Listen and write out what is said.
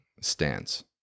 stands